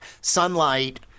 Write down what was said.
sunlight